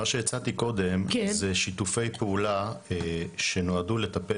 מה שהצעתי קודם זה שיתופי פעולה שנועדו לטפל